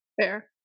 Fair